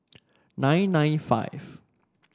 nine nine five